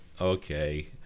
okay